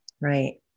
Right